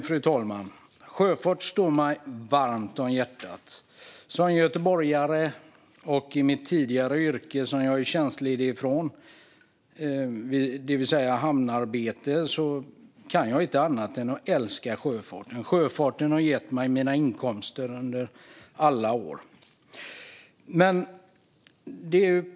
Fru talman! Sjöfart står mig varmt om hjärtat. Som göteborgare och i mitt tidigare yrke som jag är tjänstledig från, det vill säga hamnarbete, kan jag inte annat än älska sjöfarten. Sjöfarten har gett mig mina inkomster under alla år.